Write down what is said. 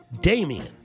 Damian